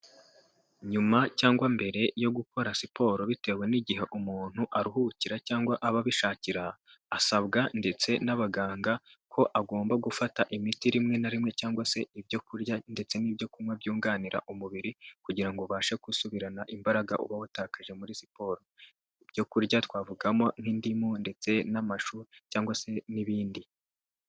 Nyuma cyangwa mbere yo gukora siporo bitewe n'igihe umuntu aruhukira cyangwa aba abishakira, asabwa ndetse n'abaganga ko agomba gufata imiti rimwe na rimwe cyangwa se ibyo kurya, ndetse n'ibyo kunywa byunganira umubiri, kugira ubashe gusubirana imbaraga uba watakaje muri siporo, ibyo kurya twavugamo nk'indimu, ndetse n'amashu cyangwa se n'ibindi.